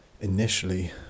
initially